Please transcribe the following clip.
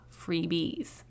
freebies